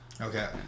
okay